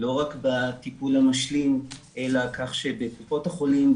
לא רק בטיפול המשלים אלא כך שבקופות החולים,